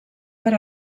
per